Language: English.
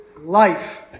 Life